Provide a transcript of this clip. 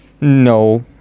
No